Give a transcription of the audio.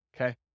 okay